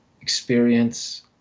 experience